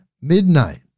midnight